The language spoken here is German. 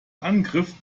angriff